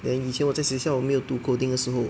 then 以前我在学校没有读 coding 的时候